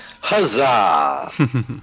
Huzzah